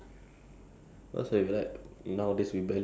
it's like a new unlock a new level though